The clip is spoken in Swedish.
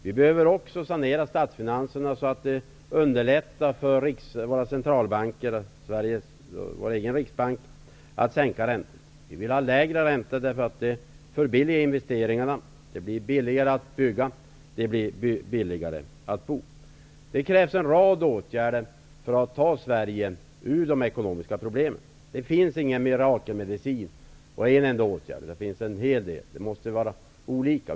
Vi behöver också sanera statsfinanserna för att underlätta för Sveriges Riksbank att sänka räntan. Det är önskvärt med lägre räntor därför att det förbilligar investeringarna, och det blir billigare att bygga och bo. Det krävs en rad åtgärder för att ta Sverige ur de ekonomiska problemen. Men det finns ingen mirakelmedicin och ingen enstaka åtgärd därför, utan det behövs en hel del åtgärder.